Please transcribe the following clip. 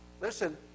listen